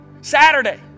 Saturday